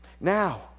now